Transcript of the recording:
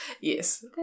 yes